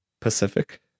pacific